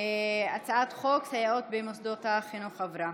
הצעת חוק סייעות במוסדות החינוך עברה.